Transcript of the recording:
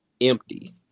empty